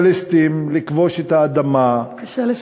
כקולוניאליסטים, לכבוש את האדמה, בבקשה לסיים.